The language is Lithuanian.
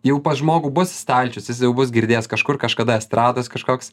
jau pas žmogų bus stalčius jis jau bus girdėjęs kažkur kažkada estrados kažkoks